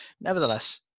nevertheless